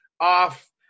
off